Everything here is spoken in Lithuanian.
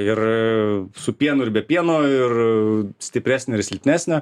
ir su pienu ir be pieno ir stipresnę ir silpnesnę